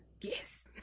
Yes